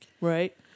right